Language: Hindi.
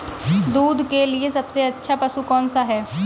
दूध के लिए सबसे अच्छा पशु कौनसा है?